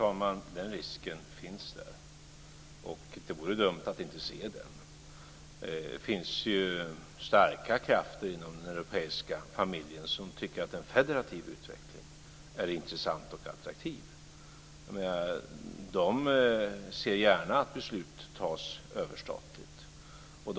Fru talman! Den risken finns där. Det vore dumt att inte se den. Det finns starka krafter inom den europeiska familjen som tycker att en federativ utveckling är intressant och attraktiv. De ser gärna att beslut fattas överstatligt.